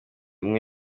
umwe